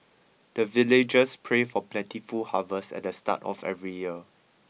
the villagers pray for plentiful harvest at the start of every year